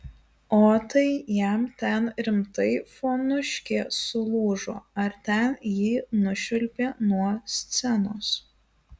o tai jam ten rimtai fonuškė sulūžo ar ten jį nušvilpė nuo scenos